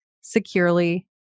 securely